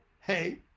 hey